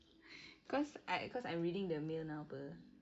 cause I cause I'm reading the mail now apa